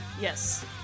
Yes